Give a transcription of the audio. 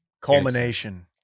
culmination